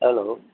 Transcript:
hello